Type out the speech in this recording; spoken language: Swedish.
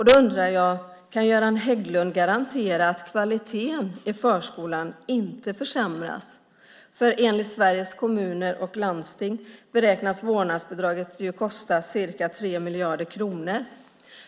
Då undrar jag: Kan Göran Hägglund garantera att kvaliteten i förskolan inte försämras? Enligt Sveriges Kommuner och Landsting beräknas vårdnadsbidraget kosta ca 3 miljarder kronor.